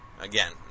Again